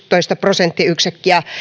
prosenttiyksikköä